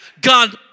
God